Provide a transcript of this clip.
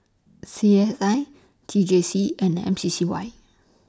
C S I T J C and M C C Y